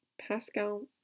pascal